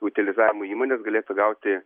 utilizavimo įmones galėtų gauti